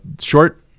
short